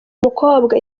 mukobwa